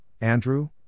Andrew